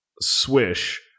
Swish